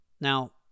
Now